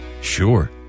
Sure